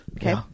Okay